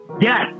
Yes